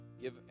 give